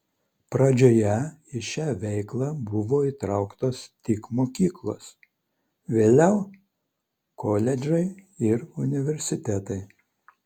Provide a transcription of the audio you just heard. pradžioje į šią veiklą buvo įtrauktos tik mokyklos vėliau koledžai ir universitetai